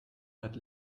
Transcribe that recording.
but